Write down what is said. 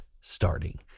starting